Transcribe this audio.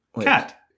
Cat